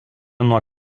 nuo